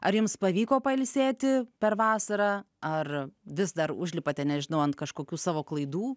ar jums pavyko pailsėti per vasarą ar vis dar užlipate nežinau ant kažkokių savo klaidų